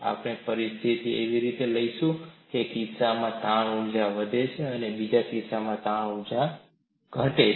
આપણે પરિસ્થિતિઓને એવી રીતે લઈશું કે એક કિસ્સામાં તાણ ઊર્જા વધે છે બીજા કિસ્સામાં તાણ ઊર્જા ઘટે છે